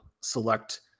select